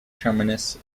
terminus